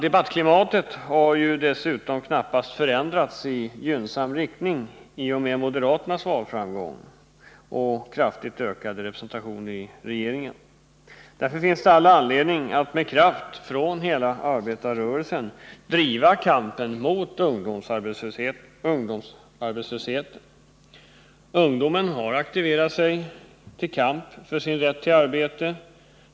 Debattklimatet har dessutom knappast förändrats i gynnsam riktning i och med moderaternas valframgång med kraftigt ökad representation i regeringen som följd. Därför finns det all anledning att hela arbetarrörelsen med all kraft driver kampen mot ungdomsarbetslösheten. Ungdomen har aktiverat sig till kamp för sin rätt till arbete.